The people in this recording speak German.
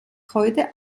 heute